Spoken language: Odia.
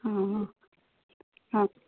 ହୁଁ ହୁଁ ହଁ